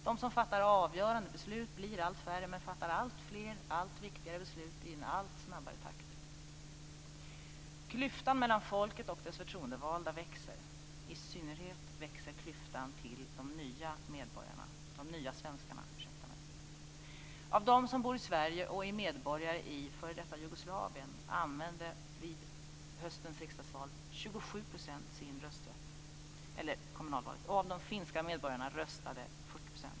De som fattar avgörande beslut blir allt färre, men de fattar alltfler allt viktigare beslut i en allt snabbare takt. Klyftan mellan folket och dess förtroendevalda växer. I synnerhet växer klyftan till de nya svenskarna.